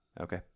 Okay